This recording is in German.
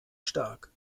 stark